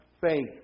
faith